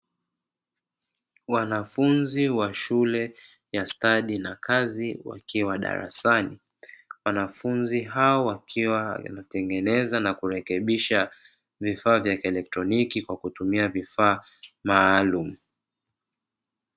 Wanafunzi wa shule ya stadi na kazi wakiwa darasani. Wanafunzi hawa wakiwa wanatengeneza na kurekebisha vifaa vya kielektroniki kwa kutumia vifaa maalumu.